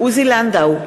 עוזי לנדאו,